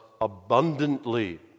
abundantly